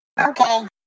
okay